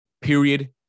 Period